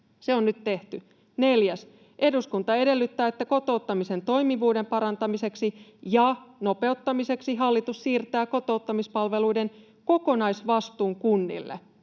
Neljäs: ”Eduskunta edellyttää, että kotouttamisen toimivuuden parantamiseksi ja nopeuttamiseksi hallitus siirtää kotouttamispalveluiden kokonaisvastuun kunnille.”